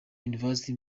university